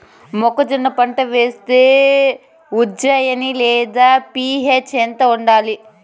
మొక్కజొన్న పంట వేస్తే ఉజ్జయని లేదా పి.హెచ్ ఎంత ఉండాలి?